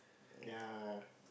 ya